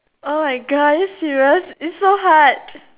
oh my god are you serious its so hard